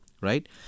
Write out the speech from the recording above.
right